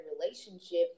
relationship